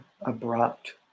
abrupt